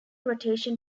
rotation